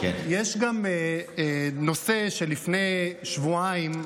יש גם נושא שלפני שבועיים,